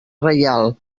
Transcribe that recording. reial